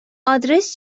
آدرس